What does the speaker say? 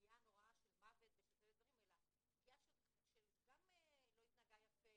מוות או פגיעה, אלא על התנהגות לא יפה